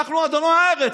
אנחנו אדוני הארץ,